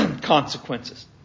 consequences